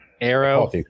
Arrow